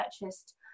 purchased